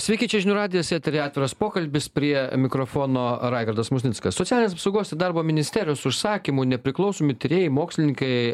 sveiki čia žinių radijas etery atviras pokalbis prie mikrofono raigardas musnickas socialinės apsaugos ir darbo ministerijos užsakymu nepriklausomi tyrėjai mokslininkai